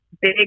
big